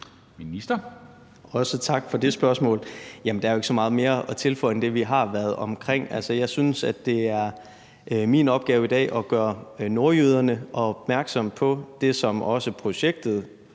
Kollerup): Også tak for det spørgsmål. Der er jo ikke så meget mere at tilføje end det, vi har været omkring. Jeg synes, at det er min opgave i dag at gøre nordjyderne opmærksomme på det, som også projektet,